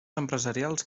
empresarials